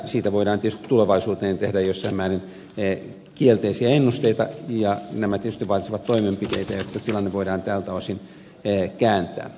siitä voidaan tietysti tulevaisuuteen tehdä jossain määrin kielteisiä ennusteita ja nämä tietysti vaatisivat toimenpiteitä jotta tilanne voidaan tältä osin kääntää